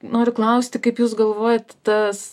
noriu klausti kaip jūs galvojat tas